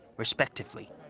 respectively.